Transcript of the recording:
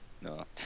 No